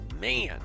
man